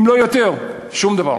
אם לא יותר, ושום דבר.